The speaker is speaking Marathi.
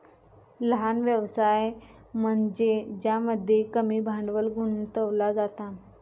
लहान व्यवसाय म्हनज्ये ज्यामध्ये कमी भांडवल गुंतवला जाता